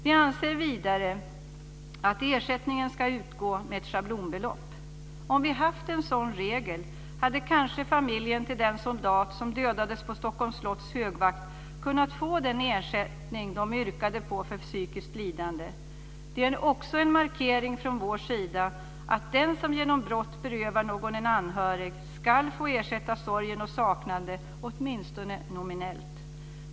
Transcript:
Vi anser vidare att ersättningen ska utgå med ett schablonbelopp. Om vi hade haft en sådan regel hade kanske familjen till den soldat som dödades vid Stockholms slotts högvakt kunnat få den ersättning den yrkade på för psykiskt lidande. Det är också en markering från vår sida att den som genom brott berövar någon en anhörig ska få ersätta sorgen och saknaden åtminstone nominellt.